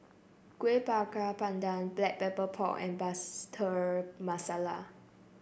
Kueh Bakar Pandan Black Pepper Pork and Masala